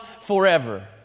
forever